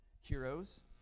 heroes